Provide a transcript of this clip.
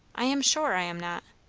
i am sure i am not.